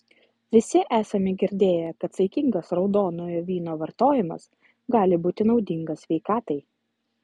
visi esame girdėję kad saikingas raudonojo vyno vartojimas gali būti naudingas sveikatai